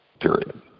period